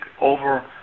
over